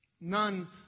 None